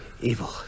Evil